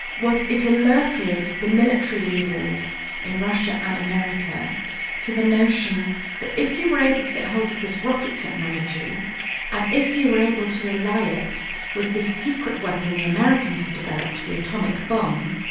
was it alerted the military leaders in russia and america to the notion that if you were able to get hold of this rocket technology and if you were able to ally it with the secret weapon the americans had developed, the atomic bomb,